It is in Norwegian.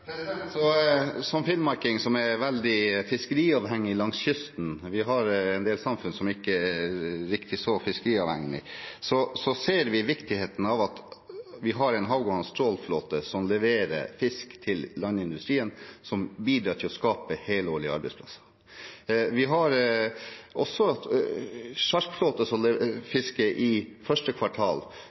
som er veldig fiskeriavhengig langs kysten – vi har en del samfunn som ikke er riktig så fiskeriavhengige – ser jeg viktigheten av at vi har en havgående trålflåte som leverer fisk til landindustrien, som bidrar til å skape helårlige arbeidsplasser. Vi har også en sjarkflåte som fisker i første kvartal,